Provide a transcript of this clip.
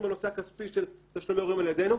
בנושא הכספי של תשלומי הורים על ידנו.